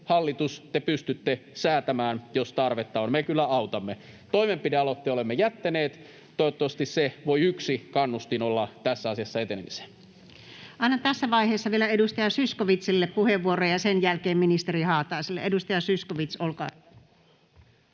hallitus, pystytte säätämään, jos tarvetta on, me kyllä autamme. Toimenpidealoitteen olemme jättäneet. Toivottavasti se voi olla yksi kannustin tässä asiassa etenemiseen. Annan tässä vaiheessa vielä puheenvuoron edustaja Zyskowiczille ja sen jälkeen ministeri Haataiselle. — Edustaja Zyskowicz, olkaa hyvä.